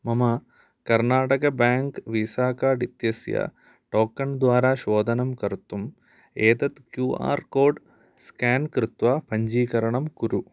मम Karnataka bank Visa card इत्यस्य token द्वारा शोधनं कर्तुम् एतत् क्यू आर् कोड् स्केन् कृत्वा पञ्जीकरणं कुरु